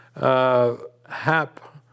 Hap